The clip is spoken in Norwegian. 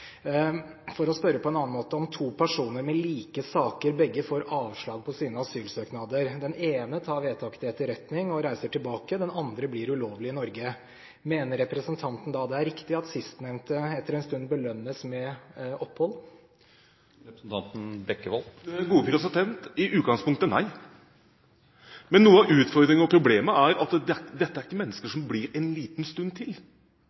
For å spørre på en annen måte: Om to personer med like saker som begge får avslag på sine asylsøknader, og den ene tar vedtaket til etterretning og reiser tilbake, mens den andre blir ulovlig i Norge, mener representanten da det er riktig at sistnevnte etter en stund belønnes med opphold? I utgangspunktet – nei. Men noe av utfordringen og problemet er at dette er ikke mennesker som blir en liten stund til.